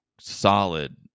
solid